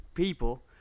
People